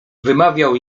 wymawiał